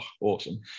awesome